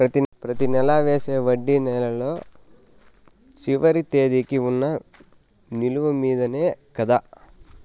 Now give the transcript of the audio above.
ప్రతి నెల వేసే వడ్డీ నెలలో చివరి తేదీకి వున్న నిలువ మీదనే కదా?